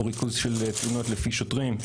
או ריכוז של תלונות לפי שוטרים.